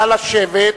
נא לשבת,